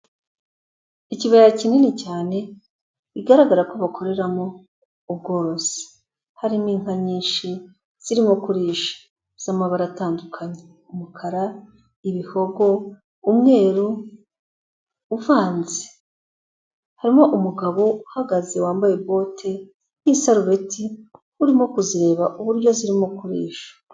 Ikibaya kinini cyane, bigaragara ko bakoreramo ubworozi, harimo inka nyinshi zirimo kurisha, z'amabara atandukanye, umukara, ibihogo, umweru uvanze, harimo umugabo uhagaze wambaye bote n'isarubeti urimo kuzireba uburyo zirimo kurisha.